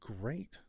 great